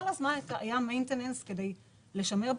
כל הזמן הייתה פעילות לשמר בתודעה,